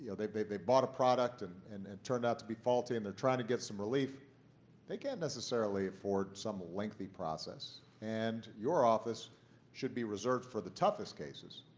they they bought a product and and it turned out to be faulty, and they're trying to get some relief they can't necessarily afford some lengthy process. and your office should be reserved for the toughest cases.